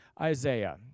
Isaiah